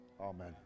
amen